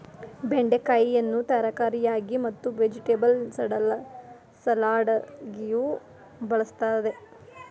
ಬೆಂಡೆಕಾಯಿಯನ್ನು ತರಕಾರಿಯಾಗಿ ಮತ್ತು ವೆಜಿಟೆಬಲ್ ಸಲಾಡಗಿಯೂ ಬಳ್ಸತ್ತರೆ